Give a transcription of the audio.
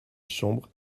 chambre